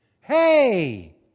Hey